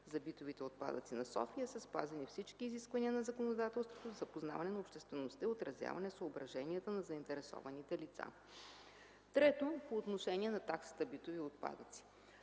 за битовите отпадъци на София, са спазени всички изисквания на законодателството със запознаване на обществеността и отразяване съображенията на заинтересованите лица. Трето, по отношение на таксата битови отпадъци.